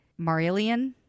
Marillion